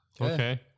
Okay